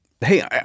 Hey